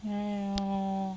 !aiyo!